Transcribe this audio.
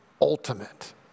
ultimate